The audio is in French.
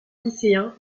lycéens